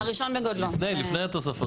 לפני התוספות.